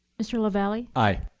mr. lavalley. aye.